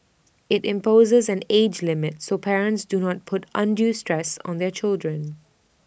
IT imposes an age limit so parents do not put undue stress on their children